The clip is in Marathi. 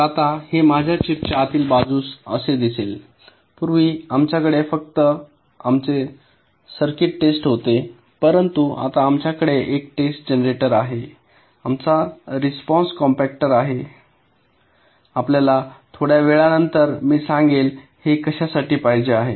तर आता हे माझ्या चिपच्या आतील बाजूस असे दिसेल पूर्वी आमच्याकडे फक्त आमचे सर्किट्स टेस्ट होते परंतु आता आमच्याकडे एक टेस्ट जनरेटर आहे आमचा रिस्पॉन्स कॉम्पॅक्टर आहे आपल्याला थोड्या वेळानंतर मी सांगेल हे कशासाठी पाहिजे आहे